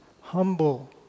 humble